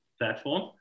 platform